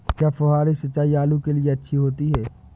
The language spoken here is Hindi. क्या फुहारी सिंचाई आलू के लिए अच्छी होती है?